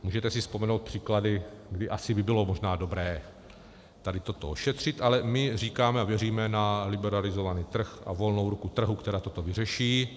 Můžete si vzpomenout příklady, kdy asi by bylo možná dobré tady toto ošetřit, ale my říkáme a věříme na liberalizovaný trh a volnou ruku trhu, která toto vyřeší.